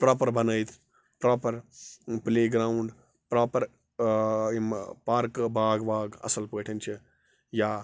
proper بَنٲیِتھ proper پٕلے ground proper یِمہٕ پارکہٕ باغ واغ اَصٕل پٲٹھۍ چھِ یا